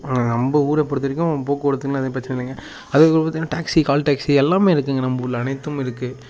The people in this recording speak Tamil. நம்ப ஊரை பொறுத்தவரைக்கும் போக்குவரத்துன்னு எந்த பிரச்சனையும் இல்லைங்க அதற்கப்பறம் பார்த்தீங்கன்னா டேக்ஸி கால் டேக்ஸி எல்லாமே இருக்குங்க நம்ப ஊரில் அனைத்தும் இருக்கு